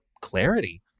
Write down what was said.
clarity